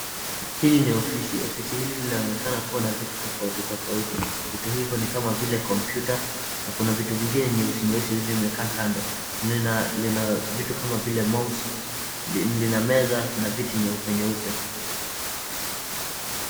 Hili ni ofisi, ofisi hili linaonekana kuwa na vitu tofauti tofauti vitu hivo ni kama kama vile kompyuta na kuna vitu vingine nyeusi nyeusi vimekaa kando, lina vitu kama vile mouse ,lina meza na viti nyeupe nyeupe